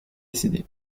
décédés